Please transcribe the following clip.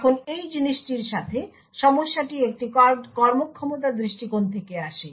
এখন এই জিনিসটির সাথে সমস্যাটি একটি কর্মক্ষমতা দৃষ্টিকোণ থেকে আসে